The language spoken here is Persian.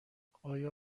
آیا